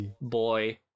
Boy